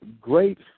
great